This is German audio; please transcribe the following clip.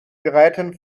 gräten